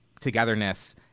togetherness